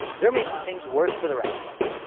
they're making things worse for the rest of us.